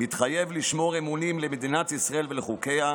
מתחייב לשמור אמונים למדינת ישראל ולחוקיה,